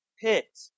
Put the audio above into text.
pit